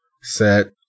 Set